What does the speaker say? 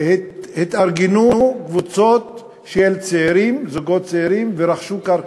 שהתארגנו קבוצות של זוגות צעירים ורכשו קרקע.